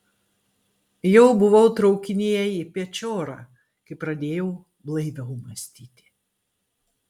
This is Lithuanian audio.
jau buvau traukinyje į pečiorą kai pradėjau blaiviau mąstyti